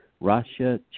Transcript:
russia